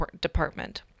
department